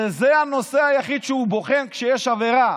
שזה הנושא היחיד שהוא בוחן כשיש עבירה.